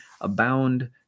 abound